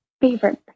favorite